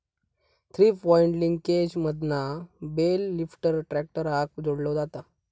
three point लिंकेजमधना bale lifter ट्रॅक्टराक जोडलो जाता